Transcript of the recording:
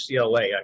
UCLA